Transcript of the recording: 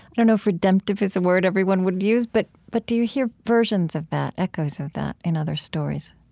i don't know if redemptive is a word everyone would use, but but do you hear versions of that, echoes of that, in other stories?